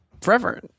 forever